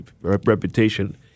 reputation